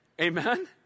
Amen